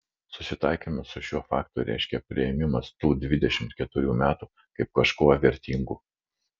susitaikymas su šiuo faktu reiškia priėmimas tų dvidešimt keturių metų kaip kažkuo vertingų